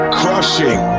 crushing